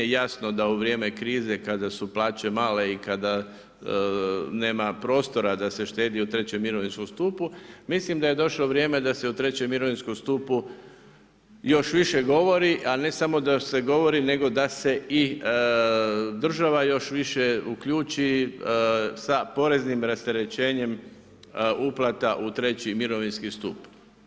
Jasno da u vrijeme krize, kada su plaće male i kada nema prostora da se štedi u trećem mirovinskom stupu, mislim da je došlo vrijeme da se o trećem mirovinskom stupu još više govori, ali ne samo da se govori, nego da se i država još više uključi sa poreznim rasterećenjem uplata u treći mirovinski stup.